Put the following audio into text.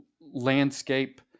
landscape